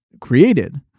created